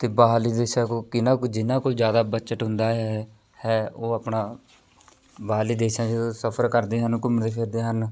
ਅਤੇ ਬਾਹਰਲੇ ਦੇਸ਼ਾਂ ਕੋ ਕਿੰਨਾ ਕੁ ਜਿਨ੍ਹਾਂ ਕੋਲ ਜ਼ਿਆਦਾ ਬਜ਼ਟ ਹੁੰਦਾ ਹੈ ਹੈ ਉਹ ਆਪਣਾ ਬਾਹਰਲੇ ਦੇਸ਼ਾਂ 'ਚ ਸਫਰ ਕਰਦੇ ਹਨ ਘੁੰਮਦੇ ਫਿਰਦੇ ਹਨ